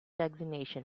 designation